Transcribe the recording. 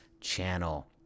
channel